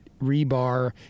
rebar